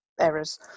errors